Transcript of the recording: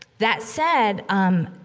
that said, um,